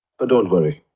but don't worry.